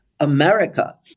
America